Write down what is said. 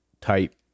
type